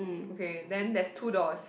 okay then there's two doors